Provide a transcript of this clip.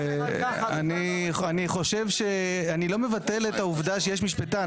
אני לא מבטל את העובדה שיש משפטן,